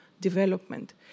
development